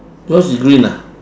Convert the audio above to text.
yours is green ah